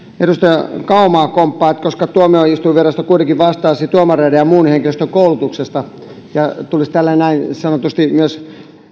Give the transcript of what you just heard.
edustaja kaumaa kompata koska tuomioistuinvirasto kuitenkin vastaisi tuomareiden ja muun henkilöstön koulutuksesta ja tulisi tällöin niin sanotusti myös